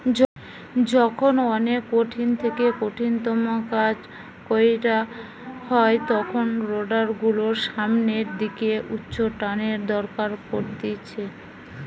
যখন অনেক কঠিন থেকে কঠিনতম কাজ কইরা হয় তখন রোডার গুলোর সামনের দিকে উচ্চটানের দরকার পড়তিছে